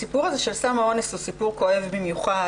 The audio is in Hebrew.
הסיפור הזה של סם האונס הוא סיפור כואב במיוחד.